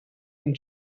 and